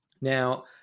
Now